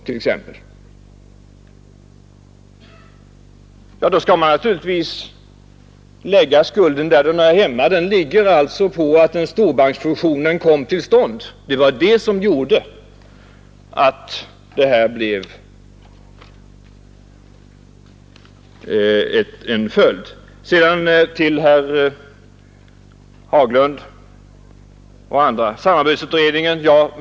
I det sammanhanget skall man naturligtvis lägga skulden där den hör hemma. Den ligger alltså i det förhållandet att storbanksfusionen kom till stånd vilket herr Möller bortser ifrån. Det var den fusionen som fick den aktuella sammanslagningen till följd. Därefter vill jag vända mig till herr Haglund.